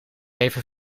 even